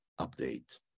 update